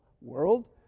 world